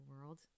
world